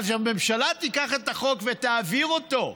אבל שהממשלה תיקח את החוק ותעביר אותו.